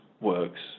works